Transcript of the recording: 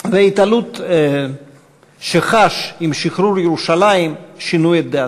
וההתעלות שחש עם שחרור ירושלים, שינו את דעתו.